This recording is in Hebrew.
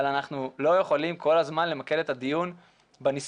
אבל אנחנו לא יכולים כל הזמן למקד את הדיון בניסיון